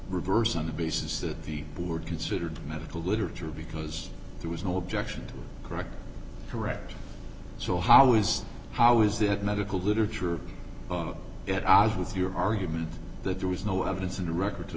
reverse on the basis that the board considered the medical literature because there was no objection to correct correct so how is how is that medical literature at odds with your argument that there was no evidence in the record to